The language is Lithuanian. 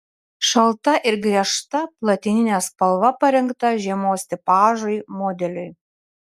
šalta ir griežta platininė spalva parinkta žiemos tipažui modeliui